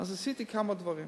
אז עשיתי כמה דברים,